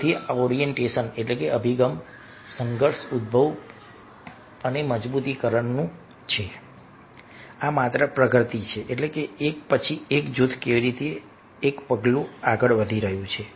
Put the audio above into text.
તેથી આ ઓરિએન્ટેશનઅભિગમ સંઘર્ષ ઉદભવ અને મજબૂતીકરણ છે આ માત્ર પ્રગતિ છે એટલે એક પછી એક જૂથ કેવી રીતે એક પગલું આગળ વધી રહ્યું છે